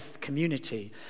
community